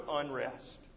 unrest